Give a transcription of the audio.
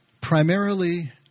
primarily